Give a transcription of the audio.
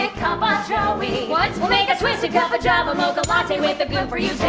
and cuppa joey! what? we'll make a twisted cuppa java mocha latte with the goo for you,